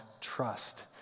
trust